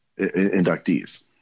inductees